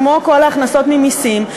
כמו כל ההכנסות ממסים,